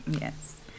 yes